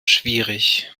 schwierig